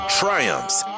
triumphs